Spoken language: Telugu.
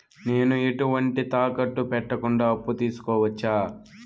నేను ఎటువంటి తాకట్టు పెట్టకుండా అప్పు తీసుకోవచ్చా?